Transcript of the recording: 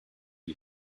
you